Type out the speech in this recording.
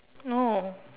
oh